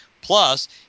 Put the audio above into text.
Plus